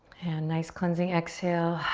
and nice cleansing exhale,